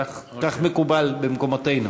כך מקובל במקומותינו.